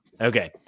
okay